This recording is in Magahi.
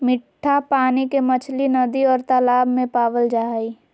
मिट्ठा पानी के मछली नदि और तालाब में पावल जा हइ